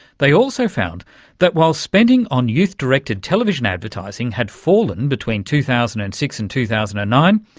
they also found that while spending on youth-directed television advertising had fallen between two thousand and six and two thousand and nine,